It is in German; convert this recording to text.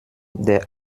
der